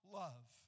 love